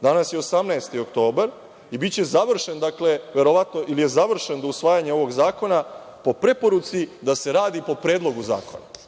Danas je 18. oktobar i biće završen, ili je završen, do usvajanja ovog zakona, po preporuci da se radi po predlogu zakona.